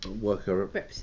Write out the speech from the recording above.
worker